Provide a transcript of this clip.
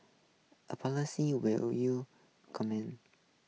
a policy will you champion